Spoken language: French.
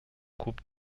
coupes